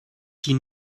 die